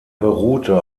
beruhte